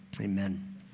amen